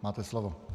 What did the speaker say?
Máte slovo.